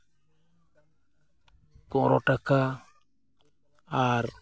ᱯᱚᱱᱮᱨᱚ ᱴᱟᱠᱟ ᱟᱨ